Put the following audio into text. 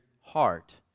heart